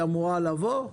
היא אמורה לבוא?